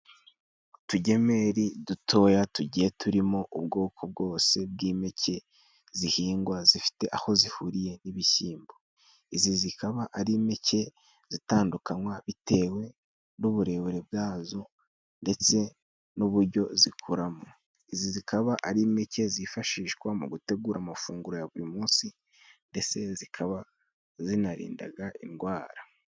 Utugemeri dutoya tugiye turimo ubwoko bwose bw'impeke zihingwa zifite aho zihuriye n'ibishyimbo. Izi zikaba ari impeke zitandukanywa bitewe n'uburebure bwazo ndetse n'uburyo zikoramo. Izi zikaba ari impeke zifashishwa mu gutegura amafunguro ya buri munsi ndetse zikaba zinarindaga ingwara.